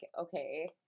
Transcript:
okay